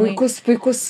puikus puikus